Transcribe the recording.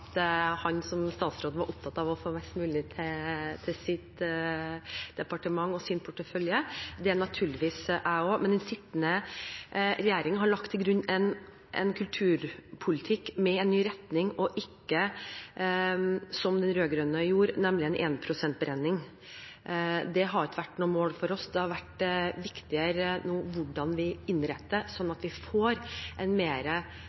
å få mest mulig til sitt departement og sin portefølje. Det er naturligvis jeg også, men den sittende regjering har lagt til grunn en kulturpolitikk med en ny retning – og ikke som den rød-grønne gjorde, nemlig en 1 pst.-beregning. Det har ikke vært noe mål for oss. Det har vært viktigere hvordan vi innretter, slik at vi får en